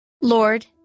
Lord